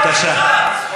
חבר הכנסת זוהר, בבקשה.